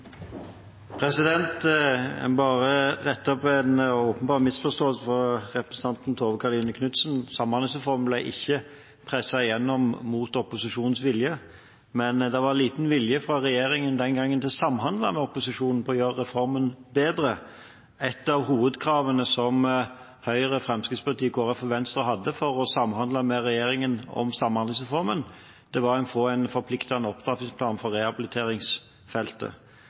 opp en åpenbar misforståelse for representanten Tove Karoline Knutsen: Samhandlingsreformen ble ikke presset gjennom mot opposisjonens vilje, men det var liten vilje fra regjeringen den gangen til å samhandle med opposisjonen for å gjøre reformen bedre. Et av hovedkravene som Høyre, Fremskrittspartiet, Kristelig Folkeparti og Venstre hadde for å samhandle med regjeringen om Samhandlingsreformen, var å få en forpliktende opptrappingsplan for rehabiliteringsfeltet.